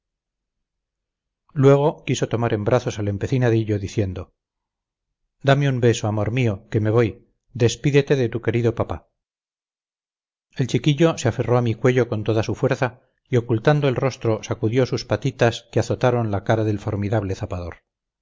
luego quiso tomar en brazos al empecinadillo diciendo dame un beso amor mío que me voy despídete de tu querido papá el chiquillo se aferró a mi cuello con toda su fuerza y ocultando el rostro sacudió sus patitas que azotaron la cara del formidable zapador